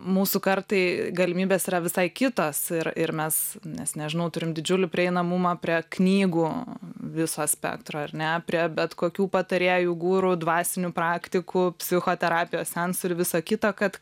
mūsų kartai galimybės yra visai kitos ir ir mes nes nežinau turim didžiulį prieinamumą prie knygų viso spektro ar ne prie bet kokių patarėjų guru dvasinių praktikų psichoterapijos seansų ir viso kito kad